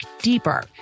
deeper